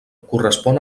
correspon